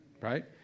right